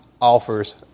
offers